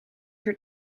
her